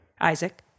Isaac